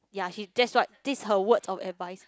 ya she that's what this is her words of advice